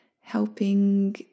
helping